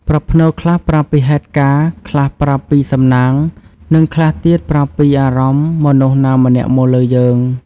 ប្រផ្នូលខ្លះប្រាប់ពីហេតុការណ៍ ខ្លះប្រាប់ពីសំណាង និងខ្លះទៀតប្រាប់ពីអារម្មណ៍មនុស្សណាម្នាក់មកលើយើង។